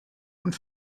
und